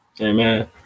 Amen